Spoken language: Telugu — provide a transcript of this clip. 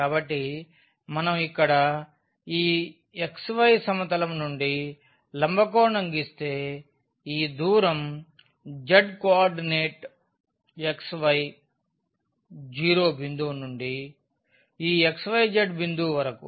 కాబట్టి మనం ఇక్కడ ఈ xy సమతలం నుండి లంబకోణం గీస్తే ఈ దూరం z కో ఆర్డినేట్ xy 0 బిందువు నుండి ఈ xyz బిందువు వరకు